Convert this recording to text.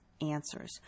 answers